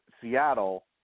Seattle